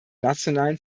nationalen